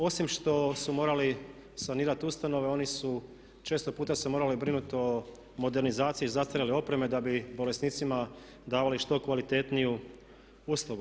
Osim što su morali sanirati ustanove, oni su često puta se morali brinuti o modernizaciji zastarjele opreme da bi bolesnicima davali što kvalitetniju uslugu.